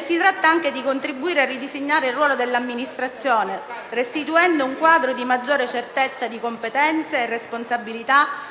Si tratta anche di contribuire a ridisegnare il ruolo dell'amministrazione, restituendo un quadro di maggiore certezza di competenze e responsabilità,